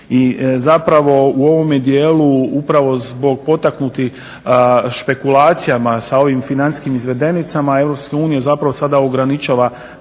nemate. I u ovome dijelu upravo zbog potaknutih špekulacijama sa ovim financijskim izvedenicama EU sada ograničava